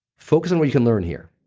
focus on what you can learn here.